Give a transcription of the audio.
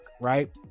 right